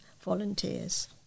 volunteers